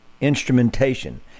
instrumentation